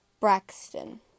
Braxton